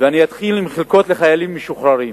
ואני אתחיל עם חלקות לחיילים משוחררים.